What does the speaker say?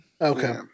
Okay